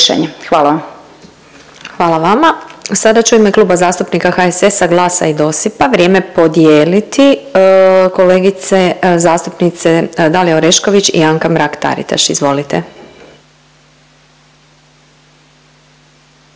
(SDP)** Hvala vama. Sada će u ime Kluba zastupnika HSS-a, GLAS-a i DOSIP-a vrijeme podijeliti kolegice zastupnice Dalija Orešković i Anka Mrak-Taritaš, izvolite.